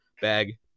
Bag